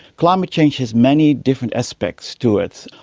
climate change has many different aspects to it.